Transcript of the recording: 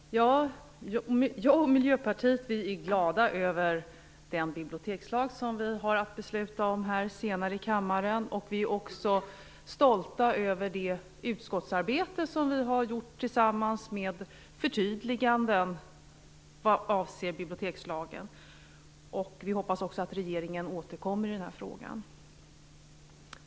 Fru talman! Jag och Miljöpartiet är glada över den bibliotekslag som vi har att besluta om senare i kammaren. Vi är stolta över det utskottsarbete som vi har gjort tillsammans, förtydliganden vad avser bibliotekslagen. Vi hoppas att regeringen återkommer i frågan.